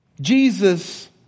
Jesus